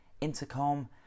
intercom